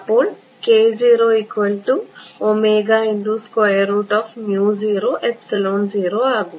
അങ്ങനെ ആകും